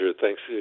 Thanks